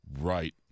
Right